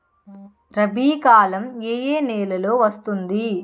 రబీ కాలం ఏ ఏ నెలలో వస్తుంది?